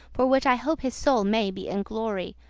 for which i hope his soul may be in glory.